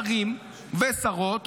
שרים ושרות,